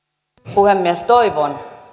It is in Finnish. puhemies toivon